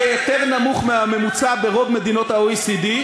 יהיה יותר נמוך מהממוצע ברוב מדינות ה-OECD.